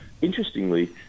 interestingly